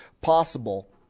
possible